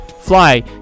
fly